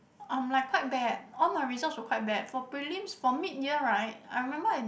I'm like quite bad all my results were quite bad for prelims for mid year right I remember I